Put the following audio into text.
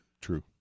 True